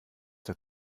der